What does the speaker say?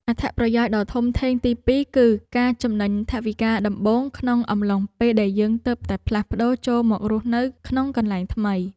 អត្ថប្រយោជន៍ដ៏ធំធេងទីពីរគឺការចំណេញថវិកាដំបូងក្នុងអំឡុងពេលដែលយើងទើបតែផ្លាស់ប្ដូរចូលមករស់នៅក្នុងកន្លែងថ្មី។